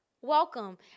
welcome